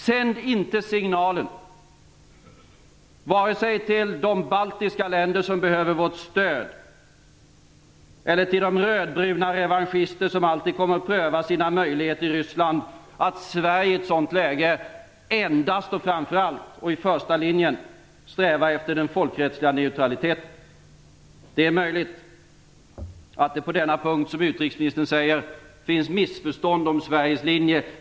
Sänd inte signalen, vare sig till de baltiska länder som behöver vårt stöd eller till de rödbruna revanschister som alltid kommer att pröva sina möjligheter i Ryssland, att Sverige i ett sådant läge endast och framför allt och i första linjen strävar efter den folkrättsliga neutraliteten! Det är möjligt att det på denna punkt, som utrikesministern säger, finns missförstånd om Sveriges linje.